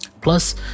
Plus